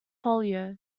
polio